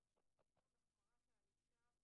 שלום לכולם.